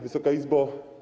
Wysoka Izbo!